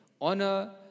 honor